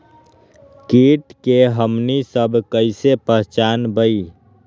किट के हमनी सब कईसे पहचान बई?